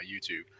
YouTube